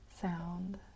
sound